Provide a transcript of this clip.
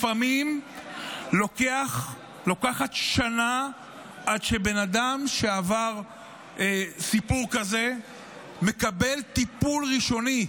לפעמים עוברת שנה עד שאדם שעבר סיפור כזה מקבל טיפול ראשוני.